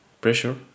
pressure